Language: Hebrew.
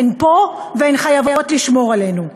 הן פה, והן חייבות לשמור עלינו.